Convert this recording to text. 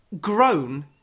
grown